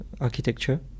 architecture